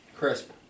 Crisp